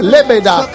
Lebeda